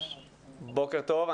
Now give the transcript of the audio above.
בוקר טוב.